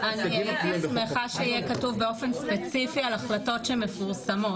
אשמח שיהיה כתוב ספציפית על החלטות שמפורסמות.